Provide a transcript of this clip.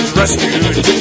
rescued